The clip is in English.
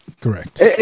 Correct